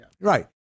Right